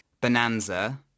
bonanza